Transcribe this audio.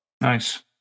Nice